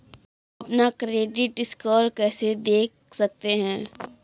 हम अपना credit score कैसे देख सकते हैं?